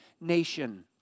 nation